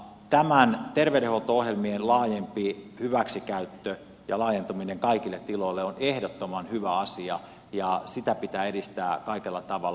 näiden terveydenhuolto ohjelmien laajempi hyväksikäyttö ja laajentuminen kaikille tiloille on ehdottoman hyvä asia ja sitä pitää edistää kaikella tavalla